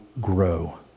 grow